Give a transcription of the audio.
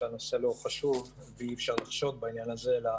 זה שהנושא לא חשוב ואי אפשר לחשוד בי בעניין הזה אלא